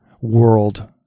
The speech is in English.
world